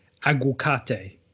aguacate